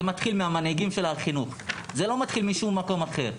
זה מתחיל מהמנהיגים של החינוך וזה לא מתחיל משום מקום אחר.